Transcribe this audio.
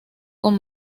con